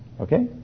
Okay